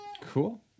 Cool